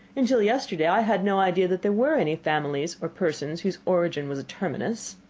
until yesterday i had no idea that there were any families or persons whose origin was a terminus.